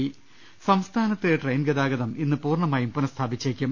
ള്ളിട്ടു സംസ്ഥാനത്ത് ട്രെയിൻ ഗതാഗതം ഇന്ന് പൂർണമായും പുനസ്ഥാപിച്ചേ ക്കും